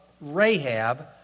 Rahab